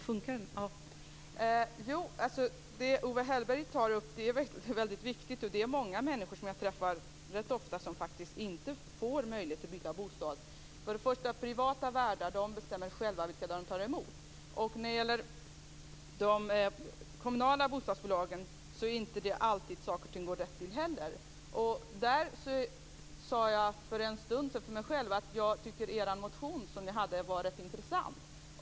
Fru talman! Vad Owe Hellberg tar upp är väldigt viktigt. Jag träffar rätt ofta många människor som faktiskt inte har möjlighet att byta bostad. Privata värdar bestämmer själva vilka de tar emot. Det är heller inte alltid som saker och ting går rätt till i de kommunala bostadsbolagen. Jag tycker att er motion är rätt intressant.